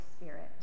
Spirit